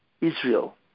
Israel